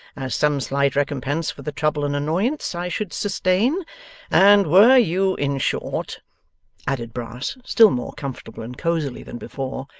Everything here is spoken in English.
as some slight recompense for the trouble and annoyance i should sustain and were you, in short added brass, still more comfortably and cozily than before,